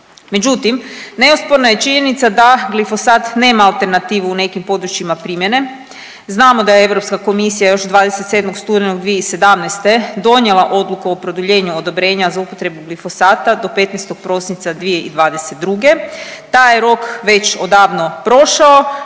Međutim, neosporna je činjenica da glifosat nema alternativu u nekim područjima primjene, znamo da je EK još 27. studenog 2017. donijela odluku o produljenju odobrenja za upotrebu glifosata do 15. prosinca 2022. Taj je rok već odavno prošao,